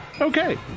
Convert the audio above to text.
Okay